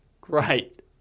Great